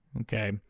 Okay